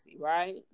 right